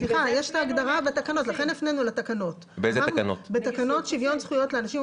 יש הגדרה בתקנות שוויון זכויות לאנשים עם